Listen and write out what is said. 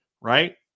Right